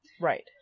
right